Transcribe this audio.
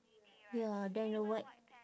ya then the white